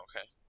okay